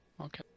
Okay